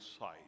sight